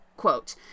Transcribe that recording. Quote